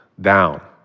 down